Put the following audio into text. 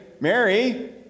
Mary